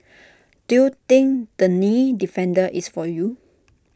do you think the knee defender is for you